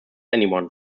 anyone